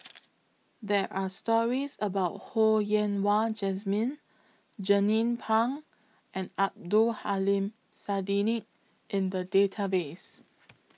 There Are stories about Ho Yen Wah Jesmine Jernnine Pang and Abdul Aleem Siddique in The Database